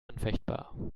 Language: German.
anfechtbar